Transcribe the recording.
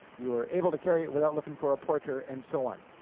you're able to carry it without looking for a porter, and so on.